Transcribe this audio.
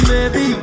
Baby